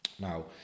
Now